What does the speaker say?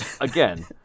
again